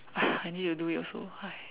I need to do it also